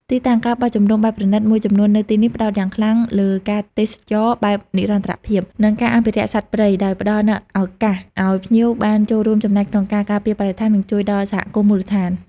ទីតាំង ការបោះជំរំបែបប្រណីត មួយចំនួននៅទីនេះផ្តោតយ៉ាងខ្លាំងលើការទេសចរណ៍បែបនិរន្តរភាព និងការអភិរក្សសត្វព្រៃ ដោយផ្តល់នូវឱកាសឲ្យភ្ញៀវបានចូលរួមចំណែកក្នុងការការពារបរិស្ថាន និងជួយដល់សហគមន៍មូលដ្ឋាន។